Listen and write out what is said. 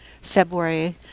February